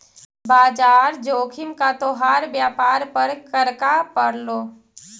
बाजार जोखिम का तोहार व्यापार पर क्रका पड़लो